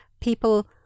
people